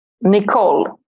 Nicole